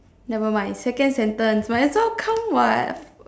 never mind second sentence might as well count [what]